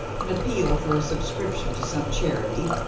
an appeal for a subscription to some charity,